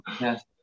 Yes